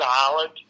solid